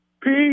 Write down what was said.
Peace